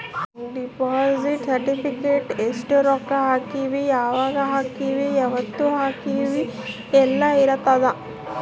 deposit certificate ಎಸ್ಟ ರೊಕ್ಕ ಹಾಕೀವಿ ಯಾವಾಗ ಹಾಕೀವಿ ಯಾವತ್ತ ಹಾಕೀವಿ ಯೆಲ್ಲ ಇರತದ